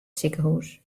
sikehús